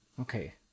Okay